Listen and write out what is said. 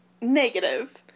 negative